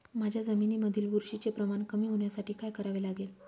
माझ्या जमिनीमधील बुरशीचे प्रमाण कमी होण्यासाठी काय करावे लागेल?